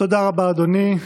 תודה רבה, אדוני.